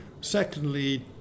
Secondly